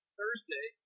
Thursday